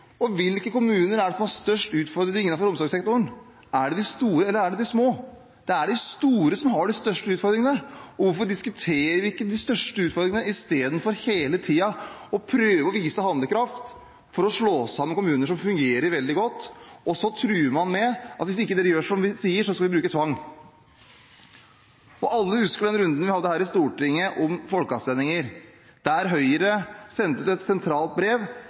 Hvilke kommuner er det som har de største utfordringene innenfor omsorgssektoren – er det de store, eller er det de små? Det er de store som har de største utfordringene. Hvorfor diskuterer vi ikke de største utfordringene, istedenfor hele tiden å prøve å vise handlekraft ved å ville slå sammen kommuner som fungerer veldig godt? Så truer man med at hvis dere ikke gjør som vi sier, vil vi bruke tvang. Alle husker den runden vi hadde her i Stortinget om folkeavstemninger, der Høyre sendte ut et sentralt brev